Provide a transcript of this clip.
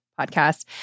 podcast